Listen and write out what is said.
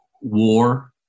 war